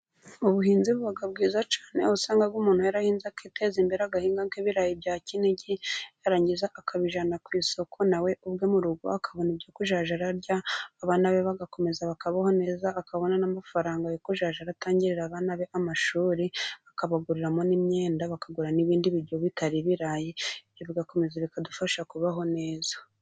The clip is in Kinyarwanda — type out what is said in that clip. Ubuhinzi buba bwiza cyane aho usanga umuntu yarahinze akiteza imbere, agahinga k'ibirayi bya kinigi yarangiza akabijyana ku isoko nawe ubwe mu rugo akabona ibyo kujyabararya abana be bagakomeza bakabaho neza, akabona n'amafaranga yikuzajya atangirira abana be ku mashuri, akabaguriramo n'imyenda, bakagura n'ibindi biryo bitari birayi, ibyo bigakomeza bikadufasha kubaho neza.